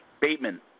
Bateman